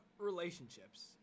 relationships